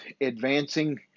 advancing